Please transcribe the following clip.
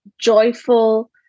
joyful